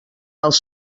als